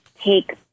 take